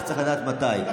רק צריך לדעת מתי.